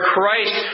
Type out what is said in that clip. Christ